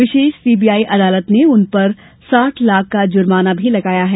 विशेष CBI अदालत ने उन पर साठ लाख का जुर्माना भी लगाया है